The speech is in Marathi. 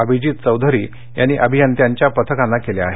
अभिजीत चौधरी यांनी अभियंत्यांच्या पथकांना केल्या आहेत